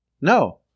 No